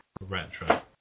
retro